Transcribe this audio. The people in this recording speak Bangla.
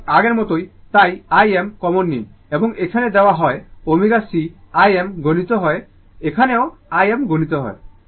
সুতরাং আগের মতই তাই Im কমন নিন এবং এখানে এটি দেওয়া হয়ω c Im গুণিত এখানেও Im গুণিত হয়